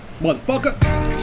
Motherfucker